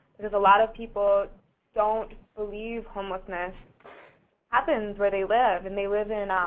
there's a lot of people don't believe homelessness happens where they live and they live in ah